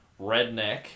redneck